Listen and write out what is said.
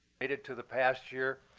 related to the past year,